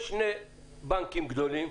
יש שני בנקים גדולים,